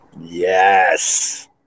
Yes